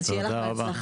אז שיהיה לך בהצלחה.